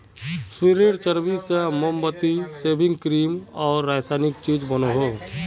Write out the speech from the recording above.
सुअरेर चर्बी से मोमबत्ती, सेविंग क्रीम आर रासायनिक चीज़ बनोह